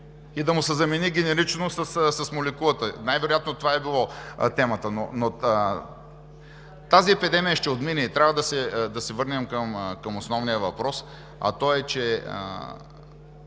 и да му се замени генерично с молекулата. Най-вероятно това е била темата. Епидемията ще отмине. Трябва да се върнем към основния въпрос – тази